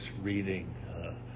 reading